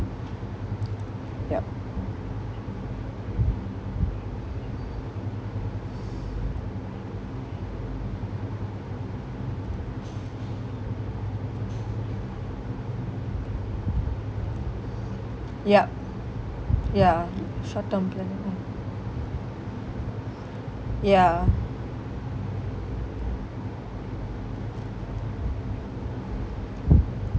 yup yup ya short term plan oh ya